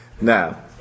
Now